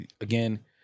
Again